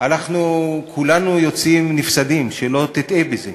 אנחנו כולנו יוצאים נפסדים, שלא תטעה בזה.